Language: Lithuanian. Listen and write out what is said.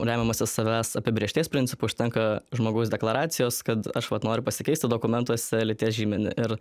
remiamasis savęs apibrėžties principu užtenka žmogaus deklaracijos kad aš vat noriu pasikeisti dokumentuose lyties žymenį ir